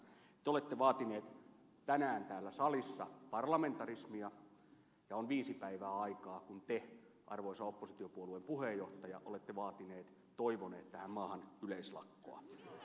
te olette vaatineet tänään täällä salissa parlamentarismia ja on viisi päivää aikaa siitä kun te arvoisa oppositiopuolueen puheenjohtaja olette toivoneet tähän maahan yleislakkoa